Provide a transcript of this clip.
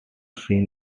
seen